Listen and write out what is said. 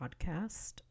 podcast